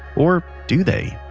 or do they?